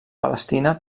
palestina